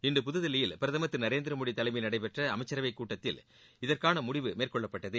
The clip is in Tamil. இன்று புதுதில்லியில் பிரதமர் திரு நரேந்திரமோடி தலைமையில் நடைபெற்ற அமைச்சரவைக் கூட்டத்தில் இதற்கான முடிவு மேற்கொள்ளப்பட்டது